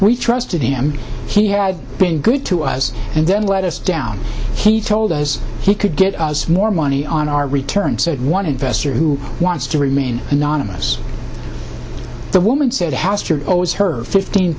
we trusted him he had been good to us and then let us down he told us he could get us more money on our return said one investor who wants to remain anonymous the woman said hastert owes her fifteen